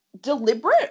deliberate